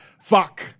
Fuck